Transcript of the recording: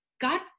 God